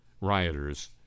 rioters